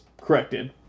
corrected